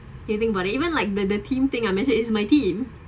getting buddy even like the the team thing I miss it is my team